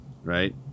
right